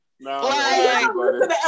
No